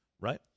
Right